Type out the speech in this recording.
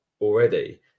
already